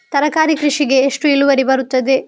ತರಕಾರಿ ಕೃಷಿಗೆ ಎಷ್ಟು ಇಳುವರಿ ಬರುತ್ತದೆ?